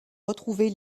retrouver